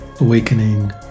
awakening